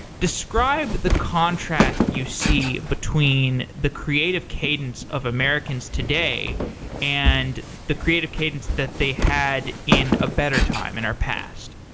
describe the contrast you see between the creative cadence of americans today and the creative cadence that they had in a better time, in our past.